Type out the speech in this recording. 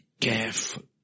careful